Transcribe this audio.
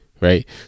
Right